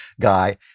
guy